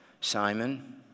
Simon